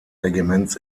regiments